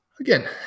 Again